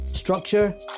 structure